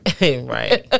Right